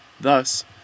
Thus